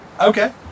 Okay